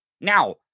Now